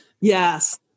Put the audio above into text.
yes